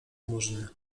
murzyn